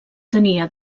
tenia